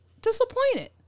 disappointed